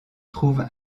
trouve